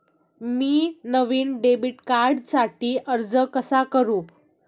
मी नवीन डेबिट कार्डसाठी अर्ज कसा करू?